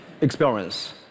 experience